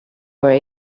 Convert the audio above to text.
were